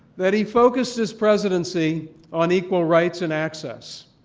that he focused his presidency on equal rights and access,